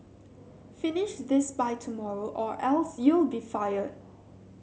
finish this by tomorrow or else you'll be fired